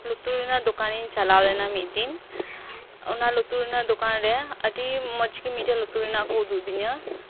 ᱞᱩᱛᱩᱨ ᱨᱮᱭᱟᱜ ᱫᱚᱠᱟᱱᱤᱧ ᱪᱟᱞᱟᱣ ᱞᱮᱱᱟ ᱢᱤᱫ ᱫᱤᱱ ᱚᱱᱟ ᱞᱩᱛᱨ ᱨᱮᱭᱟᱜ ᱫᱚᱠᱟᱱ ᱨᱮ ᱟᱹᱰᱤ ᱢᱚᱸᱡᱽ ᱜᱮ ᱢᱤᱫᱴᱮᱱ ᱞᱩᱛᱩᱨ ᱨᱮᱭᱟᱜ ᱠᱚ ᱩᱫᱩᱜ ᱟᱹᱫᱤᱧᱟ